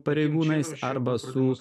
pareigūnais arba su